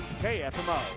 KFMO